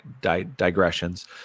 digressions